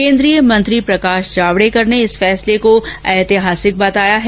केन्द्रीय मंत्री प्रकाश जावड़ेकर ने इस फैसले को ऐतिहासिक बताया है